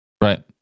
Right